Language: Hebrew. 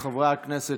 חברי הכנסת,